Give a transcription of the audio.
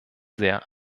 sehr